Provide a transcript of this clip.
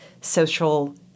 social